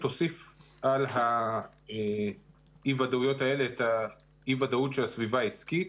תוסיף על אי הוודאויות האלה את אי הוודאות של הסביבה העסקית.